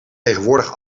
tegenwoordig